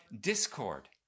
Discord